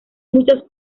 muchas